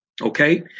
okay